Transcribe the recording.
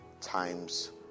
times